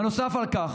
נוסף על כך,